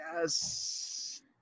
Yes